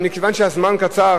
מכיוון שהזמן קצר,